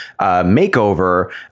makeover